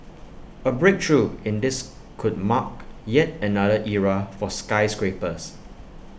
A breakthrough in this could mark yet another era for skyscrapers